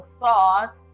thought